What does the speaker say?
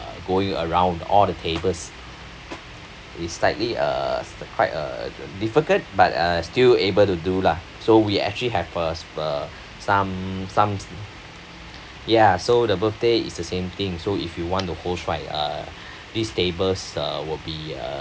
going around all the tables it's slightly uh quite uh difficult but uh still able to do lah so we actually have uh sp~ some some ya so the birthday it's the same thing so if you want to host right uh these tables uh will be uh